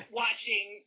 watching